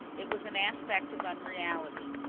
it was an aspect of unreality.